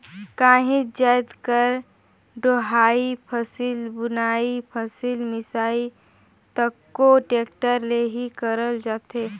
काहीच जाएत कर डोहई, फसिल बुनई, फसिल मिसई तको टेक्टर ले ही करल जाथे